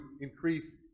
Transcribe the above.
increase